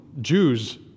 Jews